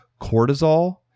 cortisol